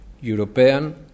European